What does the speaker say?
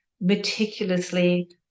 meticulously